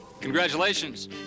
Congratulations